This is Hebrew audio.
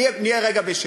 נהיה רגע בשקט.